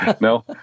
no